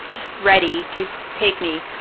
just ready to take me,